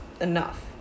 enough